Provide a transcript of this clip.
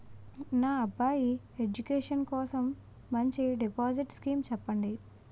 నా అబ్బాయి ఎడ్యుకేషన్ కోసం మంచి డిపాజిట్ స్కీం చెప్పండి